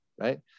right